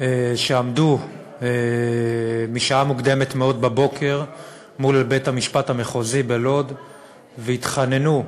שעמדו משעה מוקדמת מאוד בבוקר מול בית-המשפט המחוזי בלוד והתחננו,